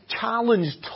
challenged